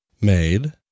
Made